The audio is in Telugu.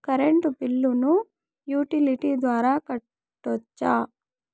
కరెంటు బిల్లును యుటిలిటీ ద్వారా కట్టొచ్చా?